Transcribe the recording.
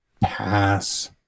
pass